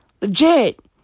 Legit